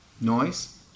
noise